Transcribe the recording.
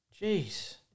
Jeez